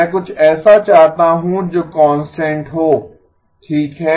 मैं कुछ ऐसा चाहता हूं जो कांस्टेंट हो ठीक है